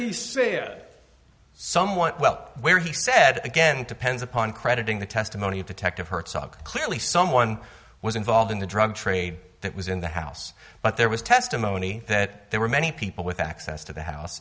say someone well where he said again depends upon crediting the testimony of detective hertzog clearly someone was involved in the drug trade that was in the house but there was testimony that there were many people with access to the house